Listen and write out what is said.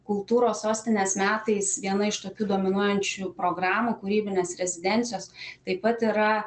kultūros sostinės metais viena iš tokių dominuojančių programų kūrybinės rezidencijos taip pat yra